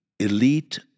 Elite